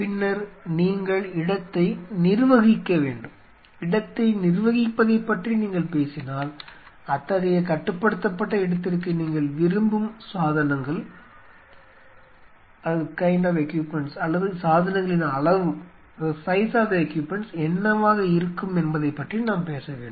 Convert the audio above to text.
பின்னர் நீங்கள் இடத்தை நிர்வகிக்க வேண்டும் இடத்தை நிர்வகிப்பதைப் பற்றி நீங்கள் பேசினால் அத்தகைய கட்டுப்படுத்தப்பட்ட இடத்திற்கு நீங்கள் விரும்பும் சாதனங்கள் அல்லது சாதனங்களின் அளவு என்னவாக இருக்கும் என்பதைப் பற்றி நாம் பேச வேண்டும்